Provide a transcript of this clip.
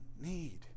need